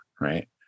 right